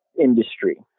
industry